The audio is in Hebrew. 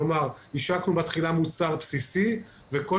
כלומר השקנו בתחילה מוצר בסיסי וכל